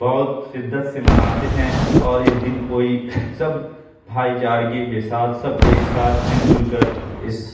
بہت شدت سے مناتے ہیں اور اس دن کوئی سب بھائی چارگی کے ساتھ سب ایک ساتھ مل جل کر اس